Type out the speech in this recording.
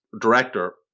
Director